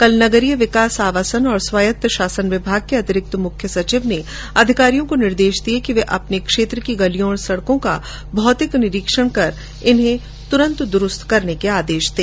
कल नगरीय विकास आवासन एवं स्वायत्त शासन विभाग के अतिरिक्त मुख्य सचिव ने अधिकारियों को निर्देश दिये कि वे अपने क्षेत्र की गलियों और सड़कों का भौतिक निरीक्षण कर इन्हें तुरंत दुरूस्त करें